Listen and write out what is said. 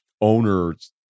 owners